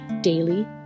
daily